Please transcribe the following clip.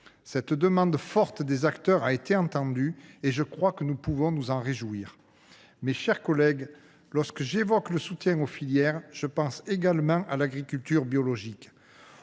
Cette demande forte des acteurs a été entendue, je pense que nous pouvons nous en réjouir. Mes chers collègues, lorsque j’évoque le soutien aux filières, je pense également à l’agriculture biologique.